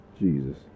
Jesus